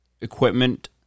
equipment